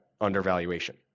undervaluation